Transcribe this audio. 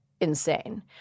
insane